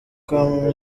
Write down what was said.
come